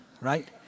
right